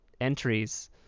entries